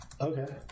Okay